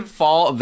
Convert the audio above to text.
fall